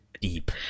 Deep